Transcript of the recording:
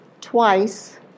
twice